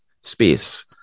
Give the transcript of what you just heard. space